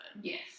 Yes